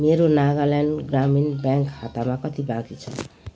मेरो नागाल्यान्ड ग्रामीण ब्याङ्क खातामा कति बाँकी छ